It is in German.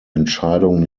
entscheidung